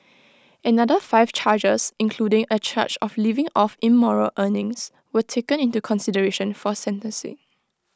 another five charges including A charge of living off immoral earnings were taken into consideration for sentencing